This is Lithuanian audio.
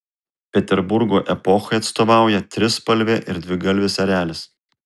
peterburgo epochai atstovauja trispalvė ir dvigalvis erelis